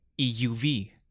EUV